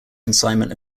consignment